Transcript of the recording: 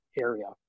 area